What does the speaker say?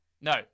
No